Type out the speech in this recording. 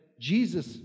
Jesus